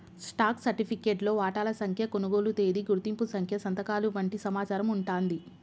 stock సర్టిఫికేట్లో వాటాల సంఖ్య, కొనుగోలు తేదీ, గుర్తింపు సంఖ్య సంతకాలు వంటి సమాచారం వుంటాంది